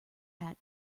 hat